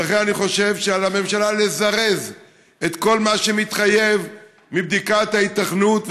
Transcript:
ולכן אני חושב שעל הממשלה לזרז את כל מה שמתחייב מבדיקת ההיתכנות.